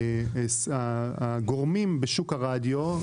הגורמים בשוק הרדיו,